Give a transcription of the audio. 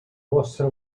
vostre